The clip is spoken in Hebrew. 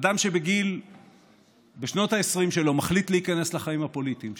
אדם שבשנות ה-20 שלו מחליט להיכנס לחיים הפוליטיים,